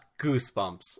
goosebumps